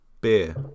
Beer